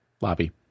lobby